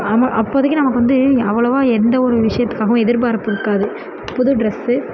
ஆமாம் அப்போதைக்கு நமக்கு வந்து அவ்வளவா எந்த ஒரு விஷயத்துக்காகவும் எதிர்பார்ப்பு இருக்காது புது ட்ரெஸ்ஸு